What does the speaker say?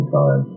time